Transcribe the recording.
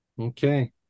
Okay